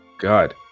god